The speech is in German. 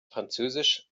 französisch